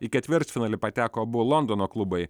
į ketvirtfinalį pateko abu londono klubai